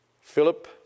Philip